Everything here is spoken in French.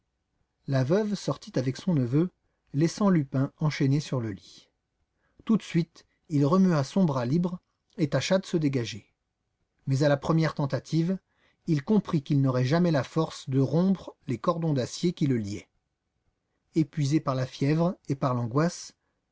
la veuve sortit avec son neveu laissant lupin enchaîné sur le lit tout de suite il remua son bras libre et tâcha de se dégager mais à la première tentative il comprit qu'il n'aurait jamais la force de rompre les cordons d'acier qui le liaient épuisé par la fièvre et par l'angoisse